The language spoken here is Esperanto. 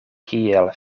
kiel